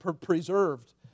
preserved